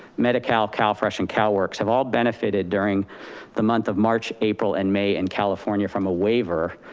medi-cal, calfresh, and calworks have all benefited during the month of march, april, and may in california from a waiver.